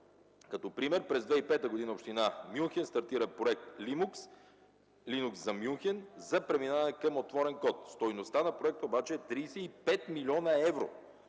дадохте пример, през 2005 г. община Мюнхен стартира проект Linux за преминаване към отворен код. Стойността на проекта обаче е 35 млн. евро,